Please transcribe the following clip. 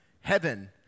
heaven